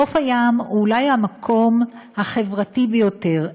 חוף הים הוא אולי המקום החברתי ביותר,